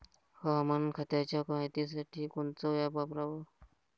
हवामान खात्याच्या मायतीसाठी कोनचं ॲप वापराव?